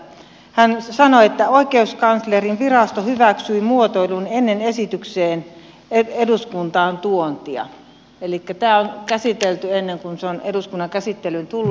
hän sanoo että oikeuskanslerinvirasto hyväksyi muotoilun ennen esityksen eduskuntaan tuontia elikkä tämä on käsitelty ennen kuin se on eduskunnan käsittelyyn tullut